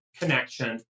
connection